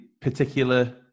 particular